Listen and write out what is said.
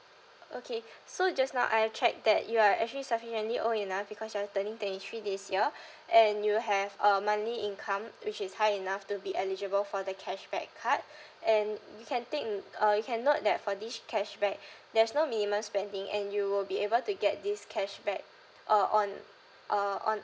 okay so just now I have checked that you are actually sufficiently old enough because you're turning twenty three this year and you have a monthly income which is high enough to be eligible for the cashback card and you can take m~ uh you can note that for this cashback there's no minimum spending and you will be able to get this cashback uh on uh on